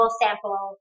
sample